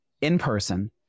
in-person